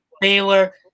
Baylor